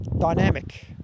Dynamic